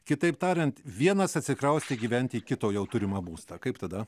kitaip tariant vienas atsikraustė gyvent į kito jau turimą būstą kaip tada